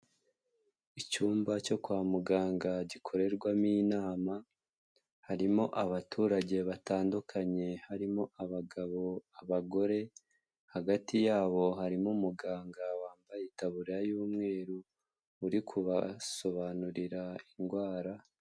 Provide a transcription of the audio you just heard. Icyumba cyo kwa muganga gikorerwamo inama, harimo abaturage batandukanye harimo abagabo, abagore hagati yabo harimo umuganga wambaye itaburariya y'umweru uri kubasobanurira indwara.